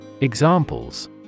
Examples